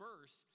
verse